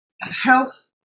health